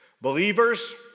Believers